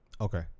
okay